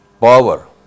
power